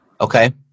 Okay